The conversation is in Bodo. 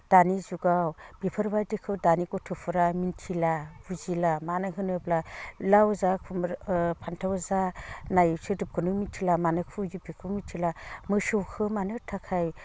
दानि जुगाव बेफोरबायदिखौ दानि गथ'फोरा मिन्थिला बुजिला मानो होनोब्ला लाव जा फान्थाव जा होननाय सोदोबखौनो मिथिला मानो खुबैयो बेखौबो मिथिला मोसौखौ मानो थाखाय